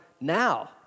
now